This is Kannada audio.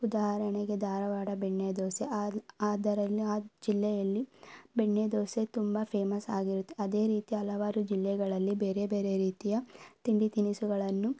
ಉದಾಹರಣೆಗೆ ಧಾರವಾಡ ಬೆಣ್ಣೆ ದೋಸೆ ಅದು ಅದರಲ್ಲಿ ಆ ಜಿಲ್ಲೆಯಲ್ಲಿ ಬೆಣ್ಣೆ ದೋಸೆ ತುಂಬ ಫೇಮಸ್ ಆಗಿರುತ್ತೆ ಅದೇ ರೀತಿ ಹಲವಾರು ಜಿಲ್ಲೆಗಳಲ್ಲಿ ಬೇರೆ ಬೇರೆ ರೀತಿಯ ತಿಂಡಿ ತಿನಿಸುಗಳನ್ನು